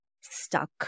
stuck